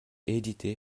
édité